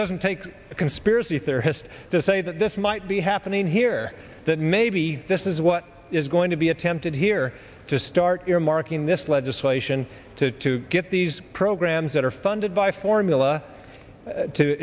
doesn't take a conspiracy theorist to say that this might be happening here that maybe this is what is going to be attempted here to start earmarking this legislation to get these programs that are funded by formula to